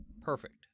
perfect